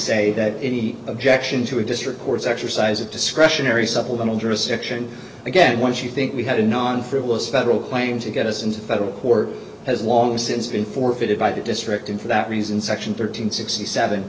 say that any objection to a district courts exercise a discretionary supplemental jurisdiction again once you think we had a non frivolous federal claim to get us into federal court has long since been forfeited by the district and for that reason section thirteen sixty seven